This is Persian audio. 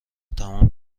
تمام